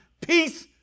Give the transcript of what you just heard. peace